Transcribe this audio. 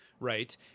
right